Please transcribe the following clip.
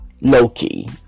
Loki